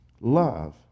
love